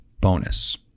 bonus